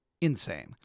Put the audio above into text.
insane